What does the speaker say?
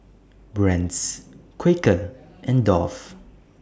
Brand's Quaker and Dove